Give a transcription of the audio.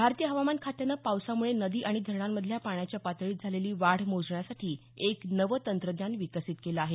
भारतीय हवामान खात्यानं पावसामुळे नदी आणि धरणांमधल्या पाण्याच्या पातळीत झालेली वाढ मोजण्यासाठी एक नवं तंत्रज्ञान विकसीत केलं आहे